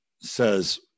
says